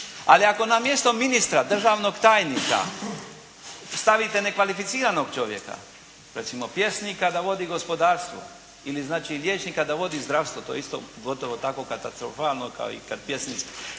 Ali ako na mjesto ministra, državnog tajnika stavite nekvalificiranog čovjeka, recimo pjesnika da vodi gospodarstvo ili znači liječnika da vodi zdravstvo, to je isto gotovo tako katastrofalno ili kad pjesnik